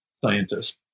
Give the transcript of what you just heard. scientist